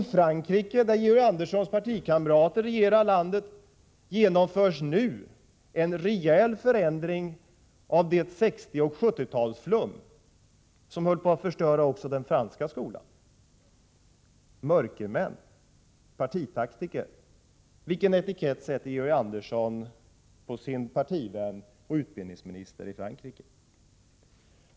I Frankrike, där Georg Anderssons partivänner regerar landet, genomförs nu en rejäl förändring av det 1960 och 1970-talets flum som höll på att förstöra också den franska skolan. Mörkerman eller partitaktiker, vilken etikett sätter Georg Andersson på sin partivän och utbildningsminister i Frankrike?